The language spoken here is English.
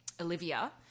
Olivia